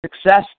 Success